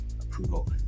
approval